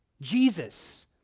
Jesus